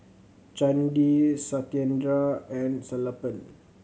Chandi Satyendra and Sellapan